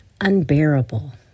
unbearable